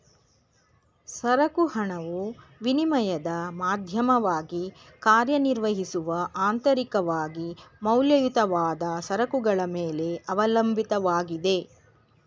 ಸರಕು ಹಣವು ವಿನಿಮಯದ ಮಾಧ್ಯಮವಾಗಿ ಕಾರ್ಯನಿರ್ವಹಿಸುವ ಅಂತರಿಕವಾಗಿ ಮೌಲ್ಯಯುತವಾದ ಸರಕುಗಳ ಮೇಲೆ ಅವಲಂಬಿತವಾಗಿದೆ